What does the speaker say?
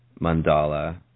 mandala